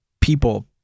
people